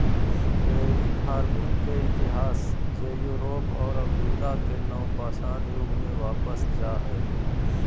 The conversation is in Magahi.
डेयरी फार्मिंग के इतिहास जे यूरोप और अफ्रीका के नवपाषाण युग में वापस जा हइ